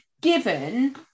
Given